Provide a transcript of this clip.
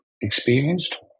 experienced